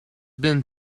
been